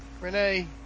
Renee